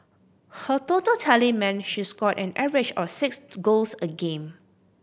her total tally meant she scored an average of six goals a game